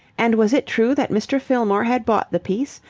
and was it true that mr. fillmore had bought the piece?